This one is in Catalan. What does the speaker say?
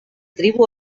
tribu